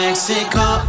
Mexico